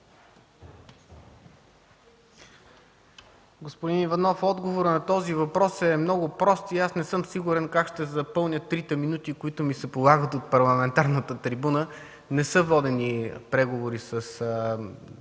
Господин Иванов, отговорът на този въпрос е много прост и аз не съм сигурен как ще запълня трите минути, които ми се полагат от парламентарната трибуна. Не са водени преговори с